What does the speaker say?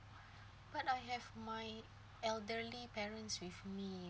but I have my elderly parents with me